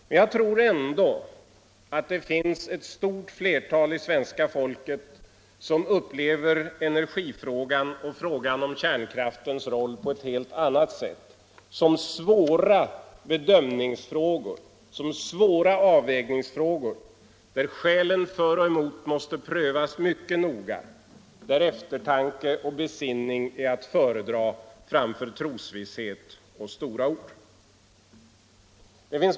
Men jag tror ändå att större delen av svenska folket upplever energifrågan och frågan om kärnkraftens roll på ett helt annat sätt: som svåra bedömningsoch avvägningsfrågor, där skälen för och emot bör prövas mycket noga och där eftertanke och besinning är att föredra framför trosvisshet och stora ord.